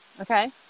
Okay